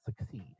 succeed